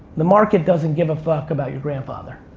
the market doesn't give a fuck about your grandfather.